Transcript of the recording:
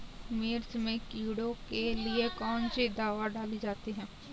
मिर्च में कीड़ों के लिए कौनसी दावा डाली जाती है?